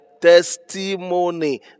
testimony